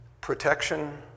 protection